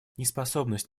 неспособность